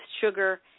sugar